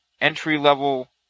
entry-level